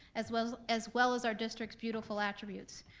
as well as well as our district's beautiful attributes.